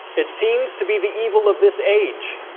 it seems to be the evil of this age